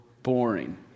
boring